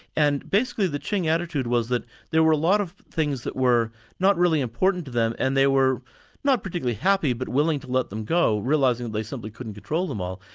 and basically the qing attitude was that there were a lot of things that were not really important to them, and they were not particularly happy, but willing to let them go, realising they simply couldn't control them all.